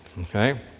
okay